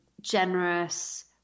generous